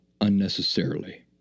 unnecessarily